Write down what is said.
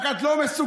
רק את לא מסוגלת,